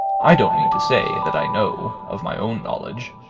i don't mean to say that i know, of my own knowledge,